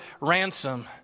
ransom